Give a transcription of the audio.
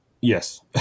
yes